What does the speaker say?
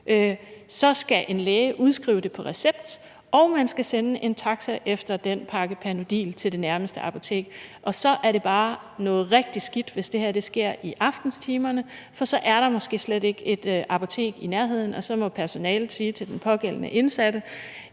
så skal en læge udskrive det på recept, og man skal sende en taxa til det nærmeste apotek efter den pakke Panodil. Så er det bare noget rigtig skidt, hvis det her sker i aftentimerne, for så er der måske slet ikke et apotek i nærheden, og så må personalet sige til den pågældende indsatte: